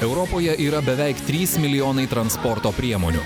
europoje yra beveik trys milijonai transporto priemonių